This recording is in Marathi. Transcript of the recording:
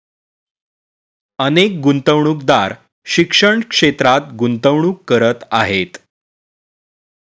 अनेक गुंतवणूकदार शिक्षण क्षेत्रात गुंतवणूक करत आहेत